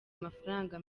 amafaranga